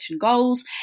goals